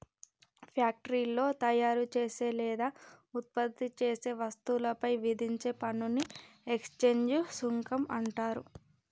ఫ్యాక్టరీలో తయారుచేసే లేదా ఉత్పత్తి చేసే వస్తువులపై విధించే పన్నుని ఎక్సైజ్ సుంకం అంటరు